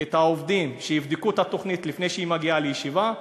את העובדים שיבדקו את התוכנית לפני שהיא מגיעה לישיבה,